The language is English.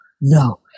no